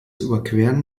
überqueren